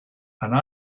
and